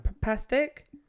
Plastic